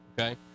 Okay